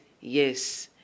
Yes